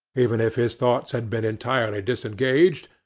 even if his thoughts had been entirely disengaged,